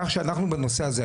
כף שאנחנו בנושא הזה,